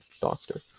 doctor